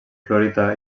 fluorita